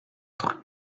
être